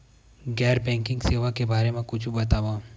गैर बैंकिंग सेवा के बारे म कुछु बतावव?